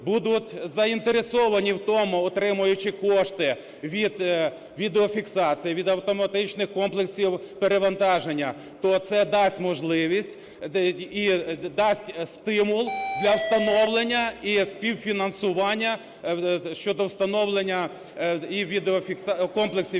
будуть заінтересовані в тому, отримуючи кошти від відеофіксації, від автоматичних комплексів перевантаження. То це дасть можливість і дасть стимул для встановлення і співфінансування щодо встановлення комплексів